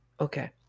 Okay